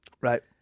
Right